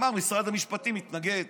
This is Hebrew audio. הוא אמר שמשרד המשפטים מתנגד.